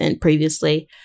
previously